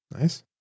nice